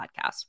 podcast